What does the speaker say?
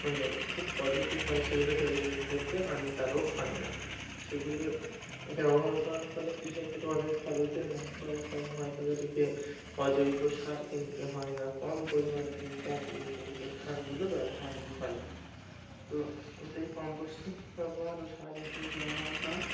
মানে খুব পজিটিভ হয় সেগুলো শরীরের পক্ষে হানিকারক হয় না সেগুলো ব্যবহার করার ফলে কৃষকেরও অনেক খরচের মাত্রাও কম হয় তাদেরকে অজৈব সার কিনতে হয় না কম পরিমাণে কিনতে হয় এই জৈব সারগুলো ব্যবহারের ফলে তো এটাই কম্পোস্টিং ব্যবহার ও সার হিসেবে ব্যবহার করা